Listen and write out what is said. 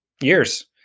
years